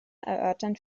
erörtern